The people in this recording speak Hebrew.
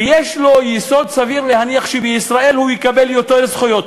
ויש לו יסוד סביר להניח שבישראל הוא יקבל יותר זכויות.